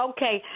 Okay